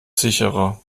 sicherer